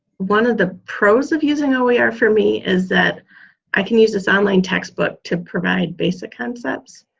one of the pros of using oer for me is that i can use this online textbook to provide basic concepts.